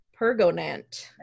Pergonant